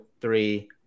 three